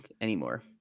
anymore